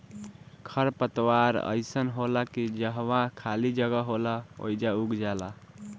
खर पतवार अइसन होला की जहवा खाली जगह होला ओइजा उग जाला